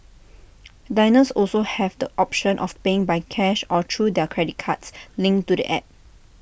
diners also have the option of paying by cash or through their credit card linked to the app